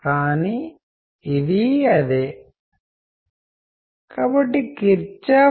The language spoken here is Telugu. ఇప్పుడు అది కమ్యూనికేషన్ లో చాలా ఆసక్తికరమైన అంశం